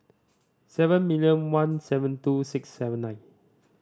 seven million one seven two six seven nine